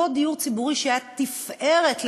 אותו דיור ציבורי היה תפארת למדינה,